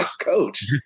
coach